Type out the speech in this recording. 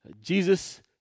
Jesus